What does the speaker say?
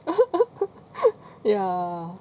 ya